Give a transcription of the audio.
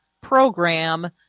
program